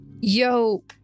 Yo